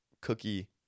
cookie